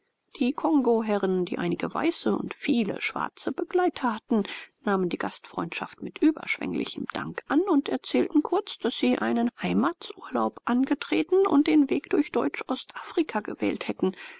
die kongoherren die einige weiße und viele schwarze begleiter hatten nahmen die gastfreundschaft mit überschwänglichem dank an und erzählten kurz daß sie einen heimatsurlaub angetreten und den weg durch deutschostafrika gewählt hätten